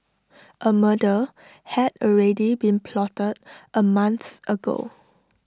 A murder had already been plotted A month ago